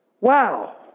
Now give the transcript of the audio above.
Wow